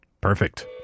Perfect